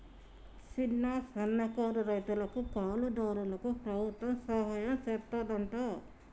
సిన్న, సన్నకారు రైతులకు, కౌలు దారులకు ప్రభుత్వం సహాయం సెత్తాదంట